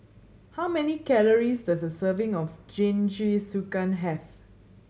how many calories does a serving of Jingisukan have